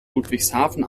ludwigshafen